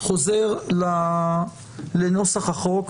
אני חוזר לנוסח החוק.